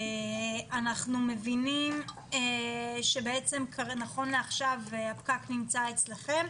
אנחנו מבינים שנכון לעכשיו הפקק נמצא אצלכם.